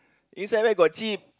inside where got cheat